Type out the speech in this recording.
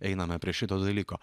einame prie šito dalyko